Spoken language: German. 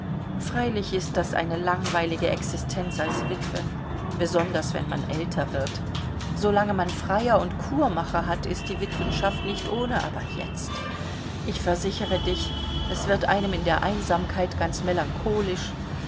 freilich ist das eine langweilige existenz als witwe besonders wenn man älter wird so lange man freier und kourmacher hat ist die witwenschaft nicht ohne aber jetzt ich versichere dich es wird einem in der einsamkeit ganz